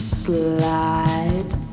slide